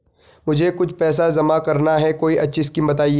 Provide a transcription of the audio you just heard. मुझे कुछ पैसा जमा करना है कोई अच्छी स्कीम बताइये?